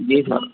جی سر